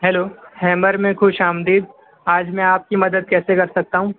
hello ہیمر میں خوش آمدید آج میں آپ کی مدد کیسے کر سکتا ہوں